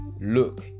look